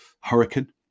hurricane